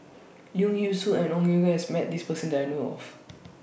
Leong Yee Soo and Ong has Met This Person that I know of